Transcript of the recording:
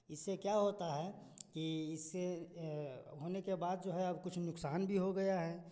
इससे क्या होता है कि इससे होने के बाद जो है और कुछ नुकसान भी हो गया है